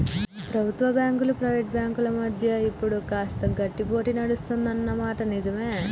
ప్రభుత్వ బ్యాంకులు ప్రైవేట్ బ్యాంకుల మధ్య ఇప్పుడు కాస్త గట్టి పోటీ నడుస్తుంది అన్న మాట నిజవే